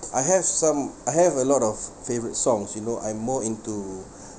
I have some I have a lot of favourite songs you know I'm more into